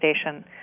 station